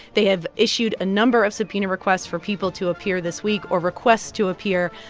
they have issued a number of subpoena requests for people to appear this week or requests to appear.